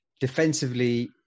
defensively